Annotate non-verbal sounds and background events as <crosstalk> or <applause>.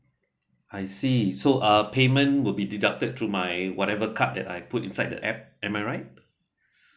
I see so uh payment will be deducted through my whatever card that I put inside the app am I right <breath>